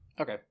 okay